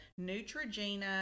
Neutrogena